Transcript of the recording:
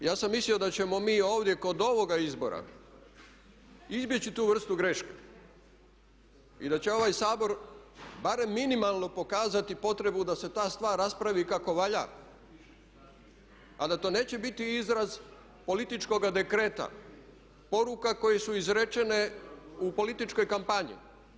E sada, ja sam mislio da ćemo mi ovdje kod ovoga izbora izbjeći tu vrstu greške i da će ovaj Sabor barem minimalno pokazati potrebu da se ta stvar raspravi kako valja a da to neće biti izraz političkoga dekreta, poruka koje su izrečene u političkoj kampanji.